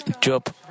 Job